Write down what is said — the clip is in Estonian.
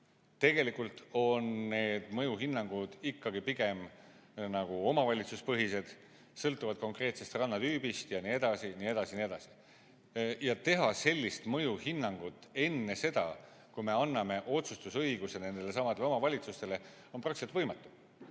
Tegelikult on need mõjuhinnangud ikkagi pigem nagu omavalitsuspõhised, sõltuvad konkreetsest rannatüübist ja nii edasi, ja nii edasi, ja nii edasi. Teha sellist mõjuhinnangut enne seda, kui me anname otsustusõiguse nendelesamadele omavalitsustele, on praktiliselt võimatu.